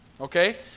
Okay